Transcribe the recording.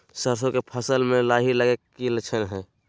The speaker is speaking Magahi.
सरसों के फसल में लाही लगे कि लक्षण हय?